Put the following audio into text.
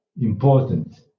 important